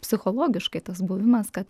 psichologiškai tas buvimas kad